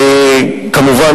כמובן,